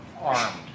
armed